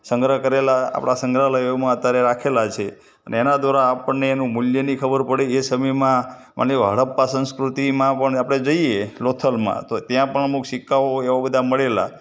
સંગ્રહ કરેલા આપણાં સંગ્રહાલયોમાં અત્યારે રાખેલા છે અને એના દ્વારા આપણને એનું મૂલ્યની ખબર પડે એ સમયમાં માની લો હડપ્પા સંસ્કૃતિમાં પણ આપણે જઈએ લોથલમાં તો ત્યાં પણ અમુક સિક્કાઓ એવા બધા મળેલા